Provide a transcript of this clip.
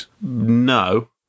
No